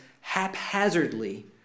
haphazardly